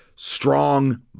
strong